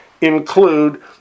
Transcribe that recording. include